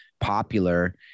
popular